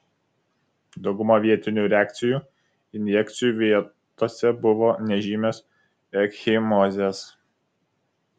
dauguma vietinių reakcijų injekcijų vietose buvo nežymios ekchimozės